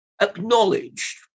acknowledged